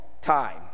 time